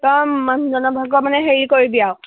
তই মানুহজনৰ ভাগৰ মানে হেৰি কৰিবি আৰু